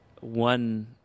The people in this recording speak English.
one